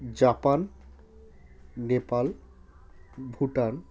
Japan Nepal Bhutan